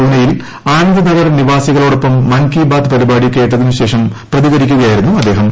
പൂനെയിൽ ആനന്ദ്നഗർ നിവാസികളോടൊപ്പം മൻ കി ബാത് പരിപാടി കേട്ടതിനുശേഷം പ്രതികരിക്കുകയായിരുന്നു അദ്ദേഹം